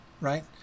right